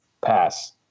pass